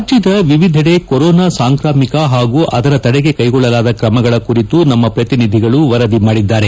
ರಾಜ್ಯದ ವಿವಿಧೆಡೆ ಕೊರೋನಾ ಸಾಂಕ್ರಾಮಿಕ ಹಾಗೂ ಅದರ ತಡೆಗೆ ಕೈಗೊಳ್ಳಲಾದ ಕ್ರಮಗಳ ಕುರಿತು ನಮ್ನ ಪ್ರತಿನಿಧಿಗಳು ವರದಿ ಮಾಡಿದ್ದಾರೆ